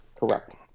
Correct